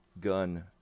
gun